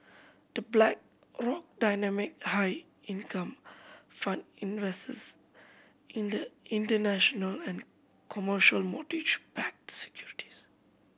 The Blackrock Dynamic High Income Fund invests in the international and commercial mortgage backed securities